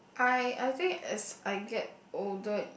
I I think it's I get older